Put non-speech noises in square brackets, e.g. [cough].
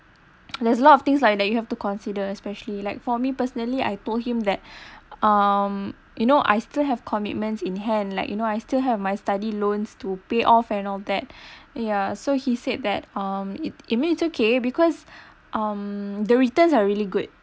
[noise] there's a lot of things like that you have to consider especially like for me personally I told him that [breath] um you know I still have commitments in hand like you know I still have my study loans to pay off and all that [breath] ya so he said that um it it means it's okay because um the returns are really good